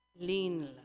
lean